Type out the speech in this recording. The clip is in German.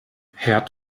herd